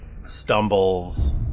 stumbles